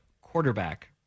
quarterback